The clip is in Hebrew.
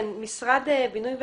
כן, משרד הבינוי והשיכון,